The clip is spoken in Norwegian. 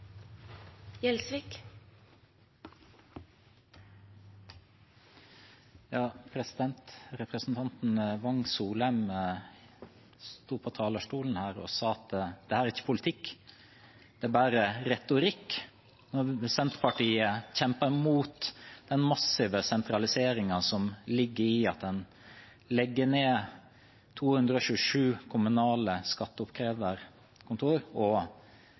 Representanten Wang Soleim sto på talerstolen her og sa at dette ikke er politikk, det er bare retorikk. Senterpartiet har kjempet imot den massive sentraliseringen som ligger i at en legger ned 227 kommunale